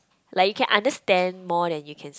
like you can understand more than you can